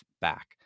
back